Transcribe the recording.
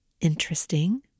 interesting